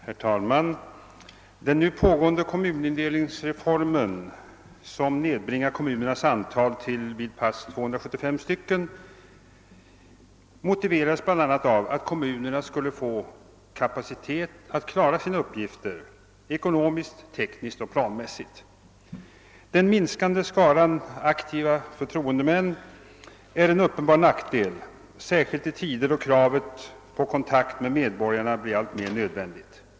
Herr talman! Den nu pågående kommunindelningsreformen, som nedbringat kommunernas antal till vid pass 275, motiveras bl.a. med att kommunerna skulle få kapacitet att klara sina uppgifter ekonomiskt, tekniskt och planmässigt. Den minskande skaran aktiva förtroendemän är en uppenbar nackdel, särskilt i tider då kravet på kontakt med medborgarna blir alltmer påträngande.